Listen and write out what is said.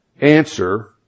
answer